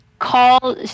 call